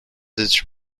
its